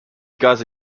gase